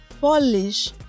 Polish